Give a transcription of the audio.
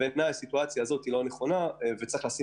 בעיני הסיטואציה הזו היא לא נכונה וצריך להגדיר